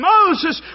Moses